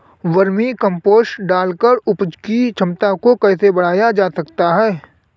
Vermi compost डालकर उपज की क्षमता को कैसे बढ़ाया जा सकता है?